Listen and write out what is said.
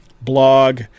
blog